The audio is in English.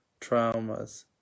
traumas